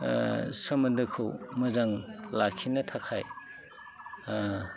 सोमोन्दोखौ मोजां लाखिनो थाखाय